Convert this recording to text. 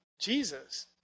Jesus